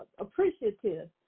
appreciative